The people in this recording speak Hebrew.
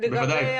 לגבי